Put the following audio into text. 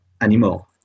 anymore